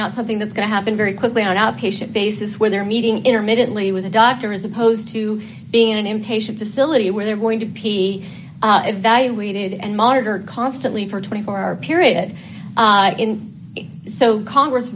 not something that's going to happen very quickly on an outpatient basis where they're meeting intermittently with a doctor as opposed to being in an inpatient facility where they're going to be evaluated and monitor constantly for twenty four hour period so congress